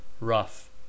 rough